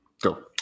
Go